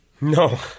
No